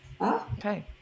Okay